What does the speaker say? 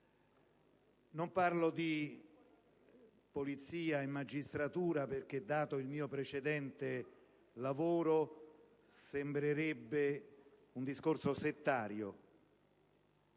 non parlo di polizia e magistratura perché, dato il mio precedente lavoro, sembrerebbe un discorso settario,